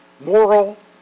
Moral